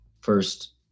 first